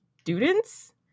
students